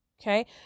Okay